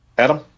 Adam